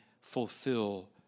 fulfill